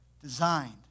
designed